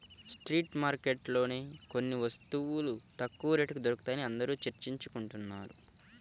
street మార్కెట్లలోనే కొన్ని వస్తువులు తక్కువ రేటుకి దొరుకుతాయని అందరూ చర్చించుకుంటున్నారు